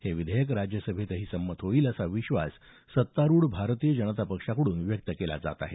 हे विधेयक राज्यसभेतही संमत होईल असा विश्वास सत्तारूढ भारतीय जनता पक्षाकडून व्यक्त केला जात आहे